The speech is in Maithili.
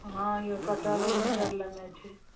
हॅं यौ कट्टरो मिट लेनाइ छै र